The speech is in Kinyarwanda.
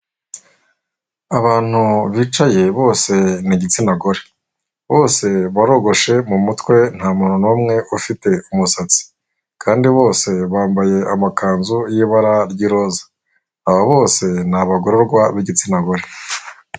Abantu bicaye bose ni igitsina gore, bose barogoshe mu mutwe nta muntu nta numwe ufite umusatsi, kandi bose bambaye amakanzu y'ibara ry'iroza, aba bose ni abagororwa b'igitsina gore.